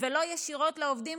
ולא ישירות לעובדים,